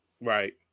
Right